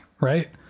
Right